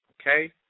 Okay